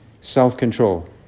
self-control